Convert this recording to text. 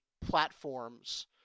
platforms